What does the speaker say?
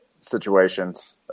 situations